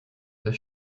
this